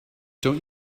don’t